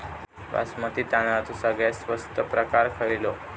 बासमती तांदळाचो सगळ्यात स्वस्त प्रकार खयलो?